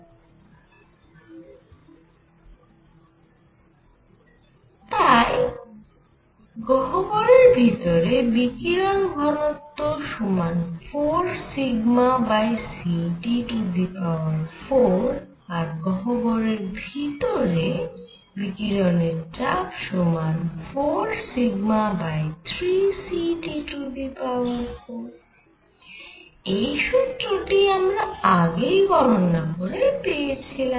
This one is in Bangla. আর তাই গহ্বরের ভিতরে বিকিরণ ঘনত্ব সমান 4cT4আর গহ্বরের ভিতরে বিকিরণের চাপ সমান 43cT4 এই সুত্র টি আমরা আগেই গণনা করে পেয়েছিলাম